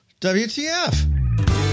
WTF